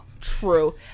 True